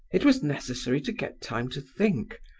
it was necessary to get time to think,